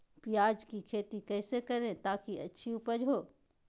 प्याज की खेती कैसे करें ताकि अच्छी उपज हो?